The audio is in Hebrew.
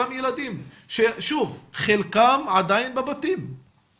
ומבטיח את אותה מנה חמה שמאות-אלפי ילדים ותלמידים היו זכאים